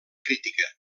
crítica